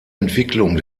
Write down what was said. entwicklung